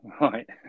Right